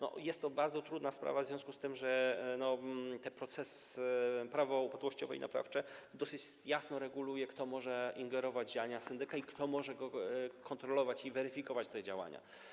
To jest bardzo trudna sprawa w związku z tym, że prawo upadłościowe i naprawcze dosyć jasno reguluje, kto może ingerować w działania syndyka i kto może go kontrolować i weryfikować te działania.